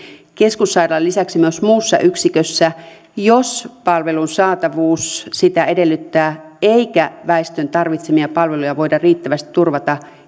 keskussairaalan lisäksi myös muussa yksikössä jos palvelun saatavuus sitä edellyttää eikä väestön tarvitsemia palveluja voida riittävästi turvata